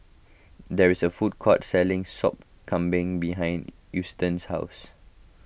there is a food court selling Sop Kambing behind Eustace's house